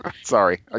Sorry